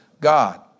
God